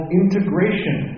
integration